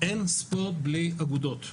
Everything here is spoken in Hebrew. אין ספורט בלי אגודות.